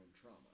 trauma